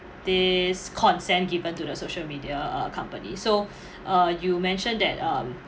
this consent given to the social media uh company so uh you mentioned that um